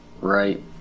right